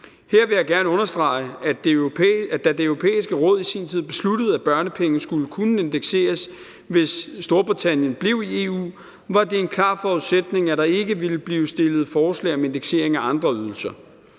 Her vil jeg gerne understrege, at da Det Europæiske Råd i sin tid besluttede, at børnepenge skulle kunne indekseres, hvis Storbritannien blev i EU, var det en klar forudsætning, at der ikke ville blive stillet forslag om indeksering af andre ydelser.